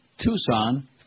Tucson